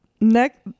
next